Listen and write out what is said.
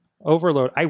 Overload